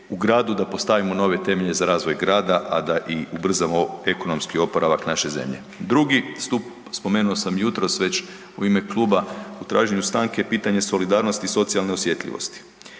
u gradu, da postavimo nove temelje za razvoj grada, a da i ubrzamo ekonomski oporavak naše zemlje. Drugi stup, spomenuo sam jutros već u ime kluba u traženju stanke pitanje solidarnosti i socijalne osjetljivosti.